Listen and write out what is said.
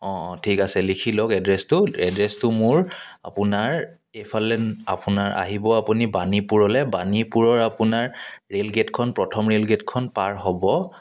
অঁ অঁ ঠিক আছে লিখি লওক এড্ৰেছটো এড্ৰেছটো মোৰ আপোনাৰ এইফালে আপোনাৰ আহিব আপুনি বাণীপুৰলৈ বাণীপুৰৰ আপোনাৰ ৰেইল গেটখন প্ৰথম ৰেইল গেটখন পাৰ হ'ব